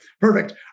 Perfect